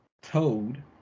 toad